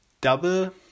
double